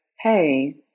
hey